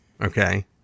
okay